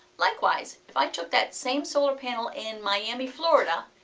likewise, if i took that same solar panel in miami florida,